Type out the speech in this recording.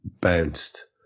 bounced